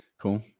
Cool